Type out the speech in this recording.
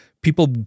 people